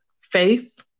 faith